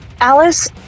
Alice